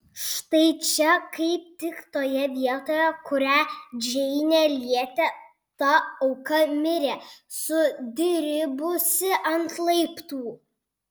štai čia kaip tik toje vietoje kurią džeinė lietė ta auka mirė sudribusi ant laiptų